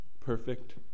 Perfect